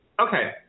Okay